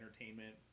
entertainment